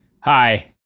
Hi